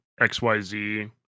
XYZ